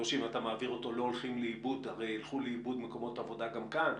ואם אתה מעביר אותו הרי ילכו לאיבוד מקומות עבודה גם כאן,